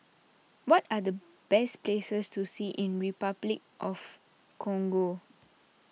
what are the best places to see in Repuclic of Congo